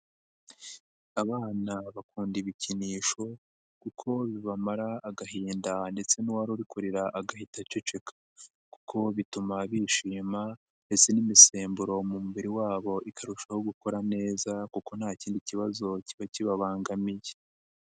Abana bakunda ibikinisho kuko bibamara agahinda ndetse n'uwari uri kurira agahita aceceka kuko bituma bishima ndetse n'imisemburo mu mubiri wabo ikarushaho gukora neza kuko nta kindi kibazo kiba kibabangamiye.